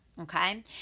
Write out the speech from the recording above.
okay